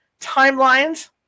timelines